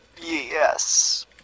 Yes